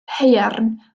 haearn